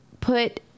put